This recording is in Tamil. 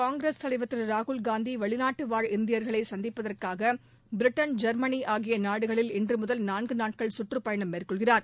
காங்கிரஸ் தலைவர் திரு ராகுல் காந்தி வெளிநாட்டுவாழ் இந்தியர்களை சந்திப்பதற்காக பிரிட்டன் ஜெர்மனி ஆகிய நாடுகளில் இன்றுமுதல் நான்கு நாட்கள் சுற்றுப்பயணம் மேற்கொள்கிறார்